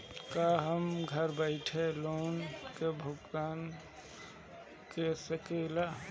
का हम घर बईठे लोन के भुगतान के शकेला?